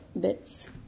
bits